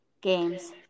games